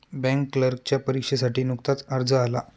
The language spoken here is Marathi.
बँक क्लर्कच्या परीक्षेसाठी नुकताच अर्ज आला